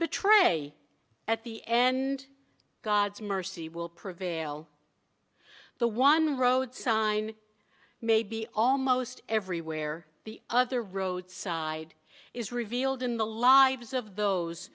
betray at the end god's mercy will prevail the one road sign may be almost everywhere the other road side is revealed in the lives of those